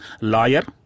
lawyer